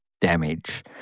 damage